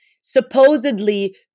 supposedly